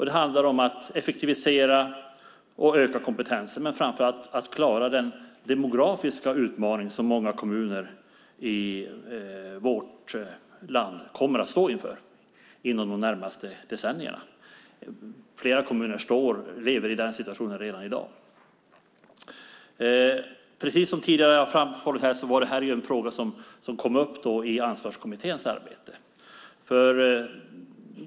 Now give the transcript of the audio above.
Det handlar om att effektivisera och öka kompetensen men framför allt om att klara den demografiska utmaning som många kommuner i vårt land kommer att stå inför inom de närmaste decennierna. Flera kommuner lever i den situationen redan i dag. Precis som tidigare har framhållits här är detta en fråga som kom upp i Ansvarskommitténs arbete.